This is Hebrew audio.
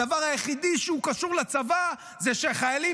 הדבר היחידי שהוא קשור לצבא זה שחיילים